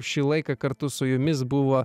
šį laiką kartu su jumis buvo